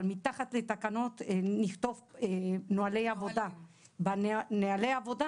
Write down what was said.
אבל מתחת לתקנות נכתוב נוהלי עבודה ובנוהלי העבודה